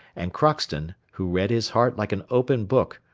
and crockston, who read his heart like an open book,